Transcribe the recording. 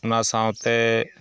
ᱚᱱᱟ ᱥᱟᱶᱛᱮ